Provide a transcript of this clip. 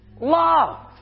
love